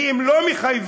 כי אם לא מחייבים